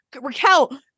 raquel